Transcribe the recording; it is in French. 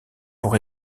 pour